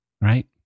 right